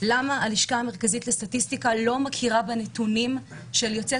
למה הלשכה המרכזית לסטטיסטיקה לא מכירה בנתונים של יוצאי